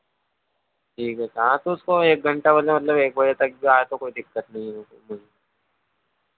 ठीक है हाँ तो उसको एक घंटा पहले मतलब एक बजे तक भी आए तो कोई दिक्कत नहीं होगी मुझे